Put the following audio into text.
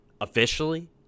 officially